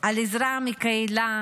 על עזרה מהקהילה,